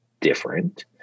different